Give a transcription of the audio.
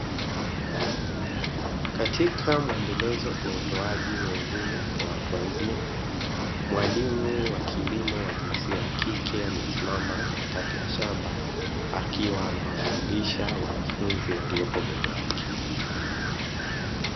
Katika mwendelezo wa utoaji wa elimu kwa watu wazima, mwalimu wa kilimo wa jinsia ya kike amesimama katikati ya shamba akiwa anawafundisha wanafunzi waliopo mbele yake.